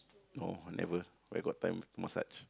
no never where got time massage